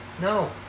No